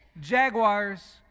jaguars